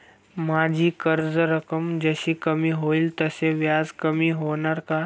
माझी कर्ज रक्कम जशी कमी होईल तसे व्याज कमी होणार का?